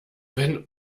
wenn